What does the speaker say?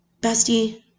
bestie